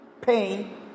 pain